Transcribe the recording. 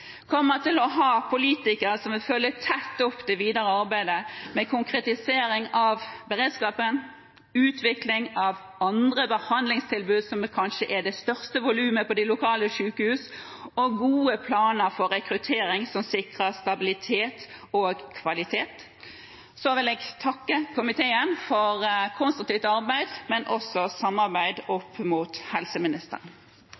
kommer til å ha politikere som vil følge tett opp det videre arbeidet med konkretisering av beredskapen, utvikling av andre behandlingstilbud – som kanskje er det største volumet på lokale sykehus – og gode planer for rekruttering, som sikrer stabilitet og kvalitet. Jeg vil takke komiteen for konstruktivt arbeid